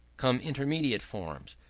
come intermediate forms,